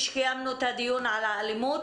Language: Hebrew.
כשקיימנו את הדיון על האלימות,